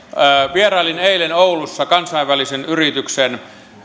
vierailin eilen oulussa kansainvälisen yrityksen